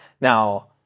Now